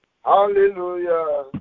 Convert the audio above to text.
Hallelujah